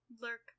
Lurk